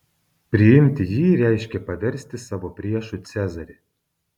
priimti jį reiškė paversti savo priešu cezarį